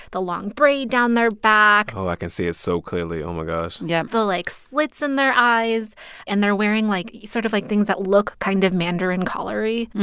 the long braid down their back. i can see it so clearly oh, my gosh and yeah. the, like, slits in their eyes and they're wearing, like, sort of, like, things that look kind of mandarin color-y.